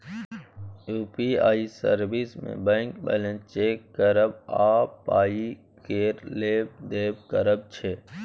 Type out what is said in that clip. UPI service मे bank balance check करब आ पाइ केर लेब देब करब छै